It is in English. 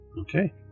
Okay